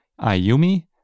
Ayumi